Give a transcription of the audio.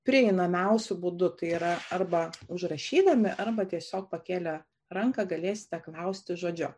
prieinamiausiu būdu tai yra arba užrašydami arba tiesiog pakėlę ranką galėsite klausti žodžiu